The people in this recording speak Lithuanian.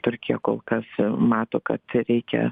turkija kol kas mato kad reikia